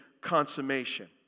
consummation